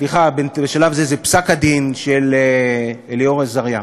סליחה, בשלב הזה זה פסק-הדין, של אלאור אזריה.